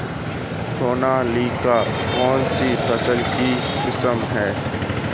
सोनालिका कौनसी फसल की किस्म है?